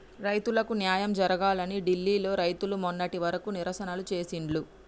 రైతులకు న్యాయం జరగాలని ఢిల్లీ లో రైతులు మొన్నటి వరకు నిరసనలు చేసిండ్లు